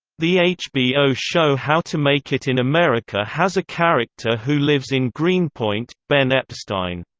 the hbo show how to make it in america has a character who lives in greenpoint ben epstein.